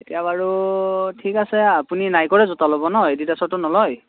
এতিয়া বাৰু ঠিক আছে আপুনি নাইকৰে জোতা ল'ব ন এডিদাছৰতো নলয়